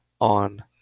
On